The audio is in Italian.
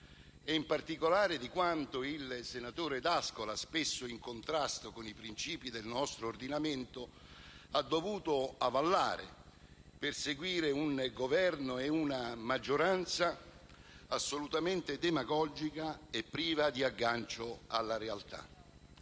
e in particolare per quanto il senatore D'Ascola, spesso in contrasto con i principi del nostro ordinamento, ha dovuto avallare per seguire un Governo e una maggioranza assolutamente demagogica e priva di aggancio alla realtà.